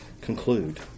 conclude